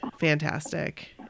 fantastic